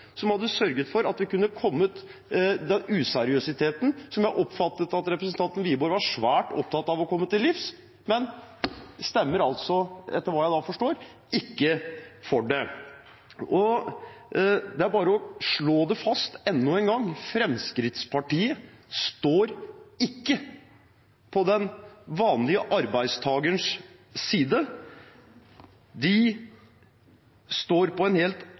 som hadde sørget for at vi hadde kommet useriøsiteten til livs, noe jeg oppfattet at representanten Wiborg var svært opptatt av. Men han stemmer, etter hva jeg forstår, ikke for det. Det er bare å slå fast enda en gang: Fremskrittspartiet står ikke på den vanlige arbeidstakerens side. De står på en helt